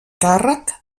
càrrec